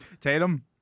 Tatum